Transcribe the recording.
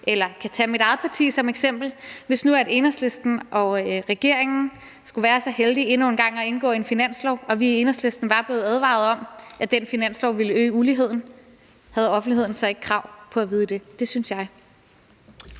jeg kan tage mit eget parti som et eksempel. Hvis nu Enhedslisten og regeringen skulle være så heldige endnu en gang at indgå en finanslovsaftale og vi i Enhedslisten var blevet advaret om, at den finanslov ville øge uligheden, havde offentligheden så ikke et krav på at vide det? Det synes jeg.